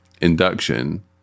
induction